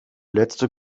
letzte